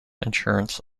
insurance